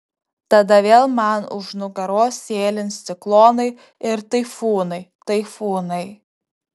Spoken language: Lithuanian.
tada vėl man už nugaros sėlins ciklonai ir taifūnai taifūnai